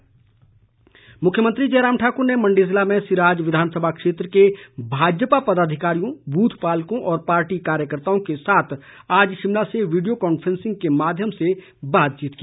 मुख्यमंत्री मुख्यमंत्री जयराम ठाक्र ने मंडी जिले में सिराज विधानसभा क्षेत्र के भाजपा पदाधिकारियों बूथ पालकों और पार्टी कार्यकर्ताओं के साथ आज शिमला से वीडियों कॉन्फ्रेंसिंग के माध्यम से बातचीत की